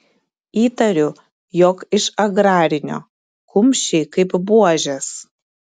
įtariu jog iš agrarinio kumščiai kaip buožės